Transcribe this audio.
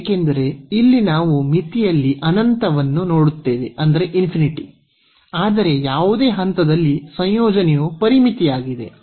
ಏಕೆಂದರೆ ಇಲ್ಲಿ ನಾವು ಮಿತಿಯಲ್ಲಿ ಅನಂತವನ್ನು ನೋಡುತ್ತೇವೆ ಆದರೆ ಯಾವುದೇ ಹಂತದಲ್ಲಿ ಸಂಯೋಜನೆಯು ಪರಿಮಿತಿಯಾಗಿದೆ